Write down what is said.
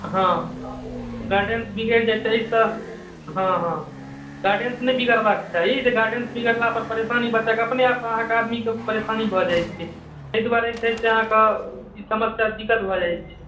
हँ गाइडेंस बिगड़ि जाइ छै एहिसँ हँ हँ गाइडेंस नहि बिगड़बाक चाही जे गाइडेंस बिगड़लापर परेशानी बच्चाके अपने आप अहाँके आदमीके परेशानी भऽ जाइ छै ताहि दुआरे जे छै से अहाँकेँ ई समस्या दिक्कत भऽ जाइ छै